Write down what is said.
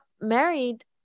married